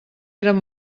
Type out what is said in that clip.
eren